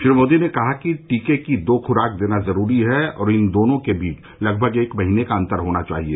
श्री मोदी ने कहा कि टीके की दो खुराक देना जरूरी है और इन दोनों के बीच लगभग एक महीने का अंतर होना चाहिए